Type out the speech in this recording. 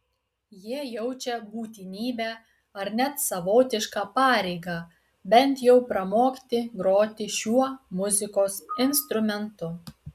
jie jaučia būtinybę ar net savotišką pareigą bent jau pramokti groti šiuo muzikos instrumentu